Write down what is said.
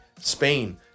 Spain